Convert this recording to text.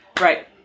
right